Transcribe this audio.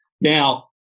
Now